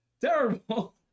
Terrible